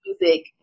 music